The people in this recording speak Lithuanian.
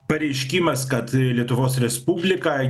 pareiškimas kad lietuvos respublika